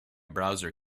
browser